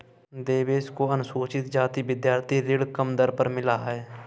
देवेश को अनुसूचित जाति विद्यार्थी ऋण कम दर पर मिला है